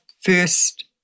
first